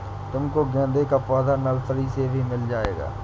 तुमको गेंदे का पौधा नर्सरी से भी मिल जाएगा